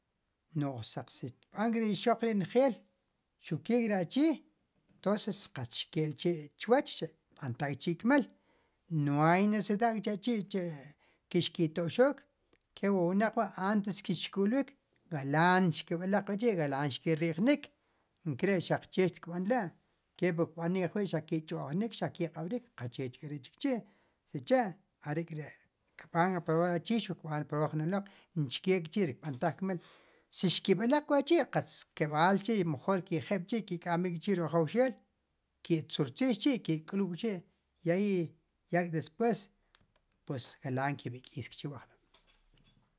Nuj saq si xtb'an ri ixoq ri nejeel xuq ke kri achi entoces qatz xke'l k'chi chwach tb'antaj k'chi kmal no hay necidad k'chi ke xki'to'xook ke wu wnaq wa' antes ke xku'lik galan xkub'elaq k'chi galaan xki'rijnik nkare xaq che ri xtikb'anla' kepwu kb'an ajwi' xaq ki tx'ojnik xak ki q'ab'rik qachechk'ri chik chi' sicha' are' ri kb'an aprobar achi i kb'an aprobar jun wnaq nchke k'chi ri kb'antaj kmal si xkib'elak wachi qatz keb'al mejor ke je'l k'chi ki k'amb'ik chi ruk' ajowxeel ki tzurtzis k'chi ki k'lub' chi yak' despues pues galaan xkubek'iis k'chi wu ajlob'